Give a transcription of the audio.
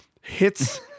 hits